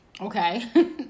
Okay